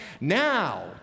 Now